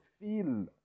feel